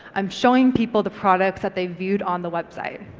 i'm showing people the products that they viewed on the website.